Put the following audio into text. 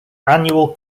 annual